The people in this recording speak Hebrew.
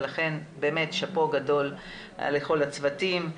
לכן באמת שאפו גדול לכל הצוותים,